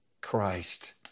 Christ